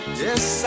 yes